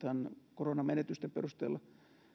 koronamenetysten perusteella